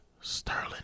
Sterling